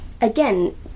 again